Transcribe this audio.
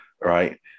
right